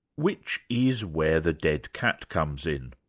which is where the dead cat comes in.